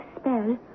spell